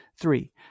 Three